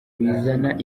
bizana